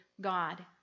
God